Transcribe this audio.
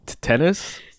Tennis